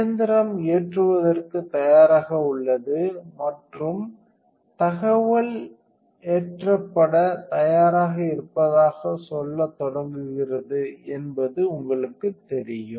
இயந்திரம் ஏற்றுவதற்குத் தயாராக உள்ளது மற்றும் தகவல் ஏற்றப்படத் தயாராக இருப்பதாகச் சொல்ல தொடங்குகிறது என்பது உங்களுக்குத் தெரியும்